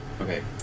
Okay